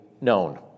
known